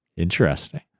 Interesting